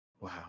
wow